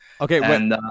okay